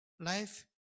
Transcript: life